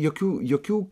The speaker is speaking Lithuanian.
jokių jokių